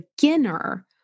beginner